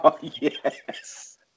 Yes